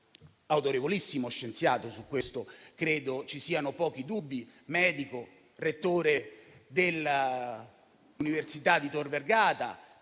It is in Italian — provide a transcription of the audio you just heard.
autorevolissimo scienziato (su questo credo ci siano pochi dubbi), medico, rettore dell'università di Tor Vergata,